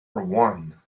one